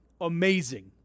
Amazing